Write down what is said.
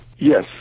Yes